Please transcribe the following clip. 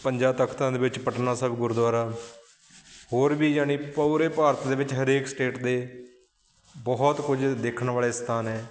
ਪੰਜਾਂ ਤਖ਼ਤਾਂ ਦੇ ਵਿੱਚ ਪਟਨਾ ਸਾਹਿਬ ਗੁਰਦੁਆਰਾ ਹੋਰ ਵੀ ਯਾਨੀ ਪੂਰੇ ਭਾਰਤ ਦੇ ਵਿੱਚ ਹਰੇਕ ਸਟੇਟ ਦੇ ਬਹੁਤ ਕੁਝ ਦੇਖਣ ਵਾਲੇ ਸਥਾਨ ਹੈ